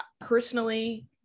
Personally